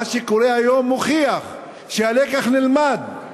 מה שקורה היום מוכיח שהלקח נלמד,